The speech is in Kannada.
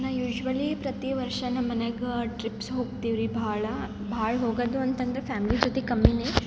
ನಾ ಯೂಶ್ಯುವಲಿ ಪ್ರತೀವರ್ಷ ನಮ್ಮ ಮನೆಯಾಗ ಟ್ರಿಪ್ಸ್ ಹೊಗ್ತೀವ್ರೀ ಭಾಳ ಭಾಳ ಹೊಗೊದು ಅಂತಂದರೆ ಫ್ಯಾಮ್ಲಿ ಜೊತೆಗ್ ಕಮ್ಮಿನೆ